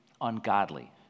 ungodly